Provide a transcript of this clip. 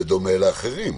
בדומה לאחרים.